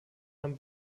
nahm